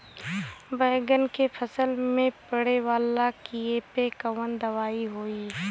बैगन के फल में पड़े वाला कियेपे कवन दवाई होई?